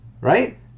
right